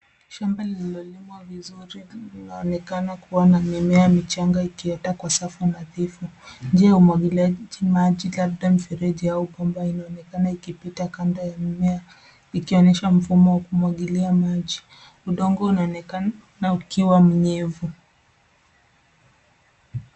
Shamba lililo limwa vizuri linaonekana kua na mimea michanga ikiota kwa safu nadhifu. Njia ya umwagiliaji maji labda mifereji au bomba inaonekana ikipita kando ya mimea, ikionesha mfumo wa kumwagilia maji. Udongo unaonekana ukiwa mnyevu.